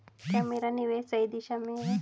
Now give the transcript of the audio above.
क्या मेरा निवेश सही दिशा में है?